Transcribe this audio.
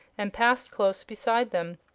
and passed close beside them.